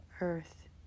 earth